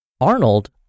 Arnold